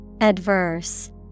Adverse